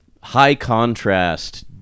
high-contrast